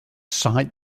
cite